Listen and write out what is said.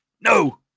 No